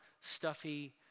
stuffy